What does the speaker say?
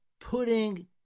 Putting